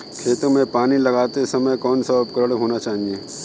खेतों में पानी लगाते समय कौन सा उपकरण होना चाहिए?